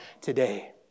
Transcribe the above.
today